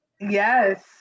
Yes